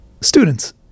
students